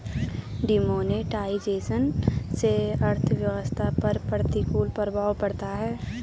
demonetisation से अर्थव्यवस्था पर प्रतिकूल प्रभाव पड़ता है